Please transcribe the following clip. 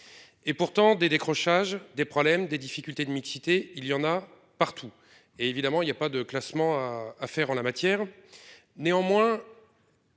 Et pourtant des décrochages des problèmes, des difficultés de mixité. Il y en a partout. Et évidemment il y a pas de classement à faire en la matière. Néanmoins.